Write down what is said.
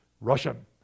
Russian